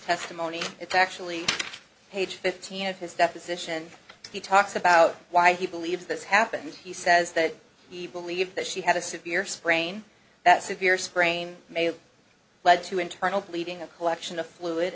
testimony it's actually page fifteen of his deposition he talks about why he believes this happens he says that he believes that she had a severe sprain that severe sprain may have led to internal bleeding a collection of fluid